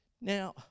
Now